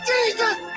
Jesus